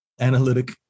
analytic